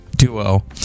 duo